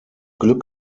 glück